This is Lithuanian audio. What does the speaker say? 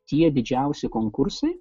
tie didžiausi konkursai